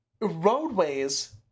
roadways